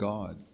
God